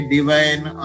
Divine